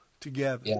together